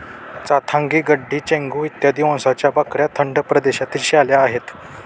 चांथागी, गड्डी, चेंगू इत्यादी वंशाच्या बकऱ्या थंड प्रदेशातील शेळ्या आहेत